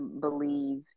believe